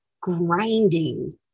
grinding